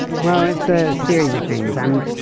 well it's a series of things. and